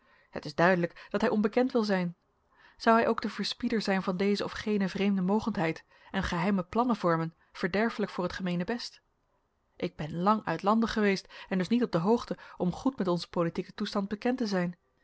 het is duidelijk dat hij onbekend wil zijn zou hij ook de verspieder zijn van deze of gene vreemde mogendheid en geheime plannen vormen verderfelijk voor het gemeenebest ik ben lang uitlandig geweest en dus niet op de hoogte om goed met onzen politieken toestand bekend te zijn